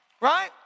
Right